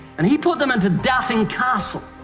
and he put them into doubting castle,